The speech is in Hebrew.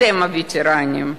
אתם הווטרנים,